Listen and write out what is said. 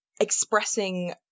expressing